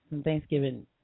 Thanksgiving